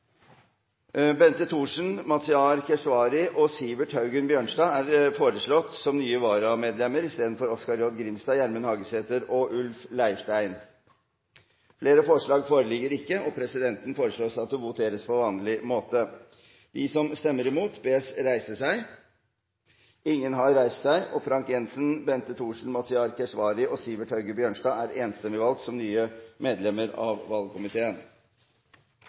Bente Thorsen, Mazyar Keshvari og Sivert Haugen Bjørnstad er foreslått som nye varamedlemmer istedenfor Oskar J. Grimstad, Gjermund Hagesæter og Ulf Leirstein. Flere forslag foreligger ikke, og presidenten foreslår at det voteres på vanlig måte. Presidenten vil foreslå at sakene nr. 2 og 3 behandles under ett. – Det anses vedtatt. Presidenten vil foreslå at debatten ordnes slik: Debatten går over to dager og